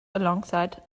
alongside